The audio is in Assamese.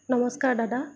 নমস্কাৰ দাদা